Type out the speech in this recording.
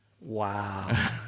Wow